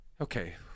Okay